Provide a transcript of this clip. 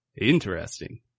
Interesting